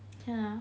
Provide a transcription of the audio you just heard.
can lah